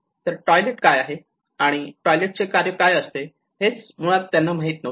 तर टॉयलेट काय आहे आणि टॉयलेट चे कार्य काय असते हेच मुळात त्यांना माहीत नव्हते